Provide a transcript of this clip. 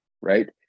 right